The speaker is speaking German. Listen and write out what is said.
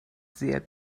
sehr